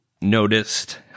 noticed